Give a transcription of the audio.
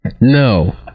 No